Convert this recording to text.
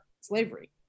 slavery